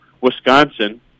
Wisconsin